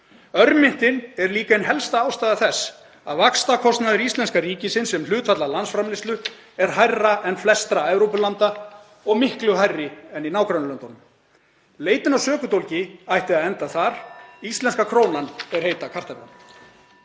Örmyntin er líka ein helsta ástæða þess að vaxtakostnaður íslenska ríkisins sem hlutfall af landsframleiðslu er hærri en flestra Evrópulanda og miklu hærri en í nágrannalöndunum. Leitin að sökudólgi ætti að enda þar. Íslenska krónan er heita kartaflan.